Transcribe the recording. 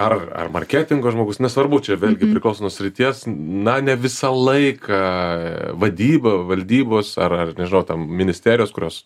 ar ar marketingo žmogus nesvarbu čia vėlgi priklauso nuo srities na ne visą laiką vadyba valdybos ar ar nežinau ten ministerijos kurios